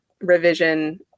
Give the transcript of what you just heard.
revision